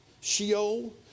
Sheol